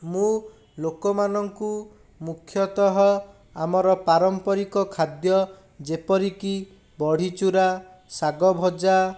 ମୁଁ ଲୋକମାନଙ୍କୁ ମୁଖ୍ୟତଃ ଆମର ପାରମ୍ପରିକ ଖାଦ୍ୟ ଯେପରିକି ବଢ଼ୀଚୁରା ଶାଗଭଜା